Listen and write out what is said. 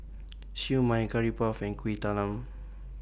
Siew Mai Curry Puff and Kuih Talam